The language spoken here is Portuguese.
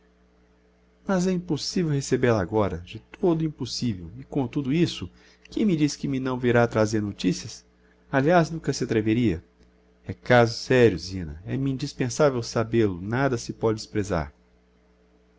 mas é impossivel recebêl a agora de todo impossivel e comtudo isso quem me diz que me não virá trazer noticias aliás nunca se atreveria é caso sério zina é-me indispensavel sabêl o nada se póde desprezar